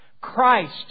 Christ